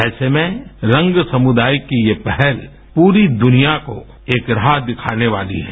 ऐसे में रंग समुदाय की ये पहल पूरी दुनिया को एक राह दिखाने वाली है